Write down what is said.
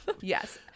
yes